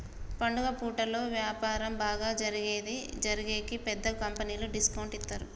పండుగ పూటలలో వ్యాపారం బాగా జరిగేకి పెద్ద కంపెనీలు డిస్కౌంట్ ఇత్తారు